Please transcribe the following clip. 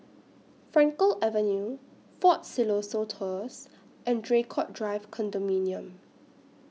Frankel Avenue Fort Siloso Tours and Draycott Drive Condominium